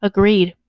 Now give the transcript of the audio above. Agreed